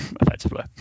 effectively